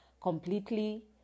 completely